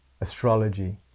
astrology